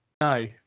No